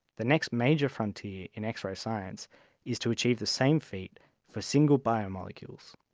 the next major frontier in x-ray science is to achieve the same feat for a single biomolecules.